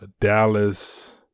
Dallas